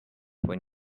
when